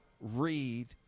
read